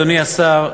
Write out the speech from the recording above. אדוני השר,